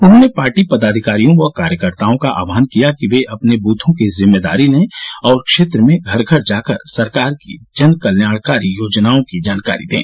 उन्होंने पार्टी पदाधिकारियों व कार्यकर्ताओं का आवाहन किया कि वे अपने ब्थो की जिम्मेदारी लें और क्षेत्र में घर घर जाकर सरकार की जनकल्याणकारी योजनाओं की जानकारी दें